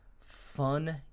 fun